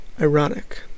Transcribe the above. Ironic